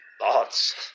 thoughts